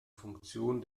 funktion